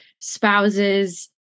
spouses